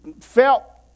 felt